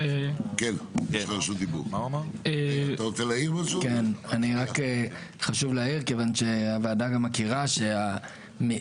האם אפשר להפעיל את התחנה הזו או את התחנה הזו מבחינת חלופות,